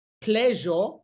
pleasure